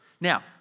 Now